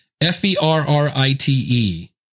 F-E-R-R-I-T-E